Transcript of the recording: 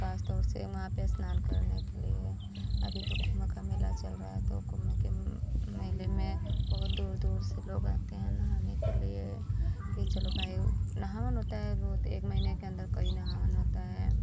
ख़ास तौर पर वहाँ पर स्नान करने के लिए अभी तो कुम्भ का मेला चल रहा है तो कुम्भ के म मेले में बहुत दूर दूर से लोग आते हैं नहाने के लिए कि चलो भाई नहावन होता है एक महीने के अंदर कई नहान होता है